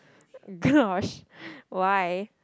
gosh why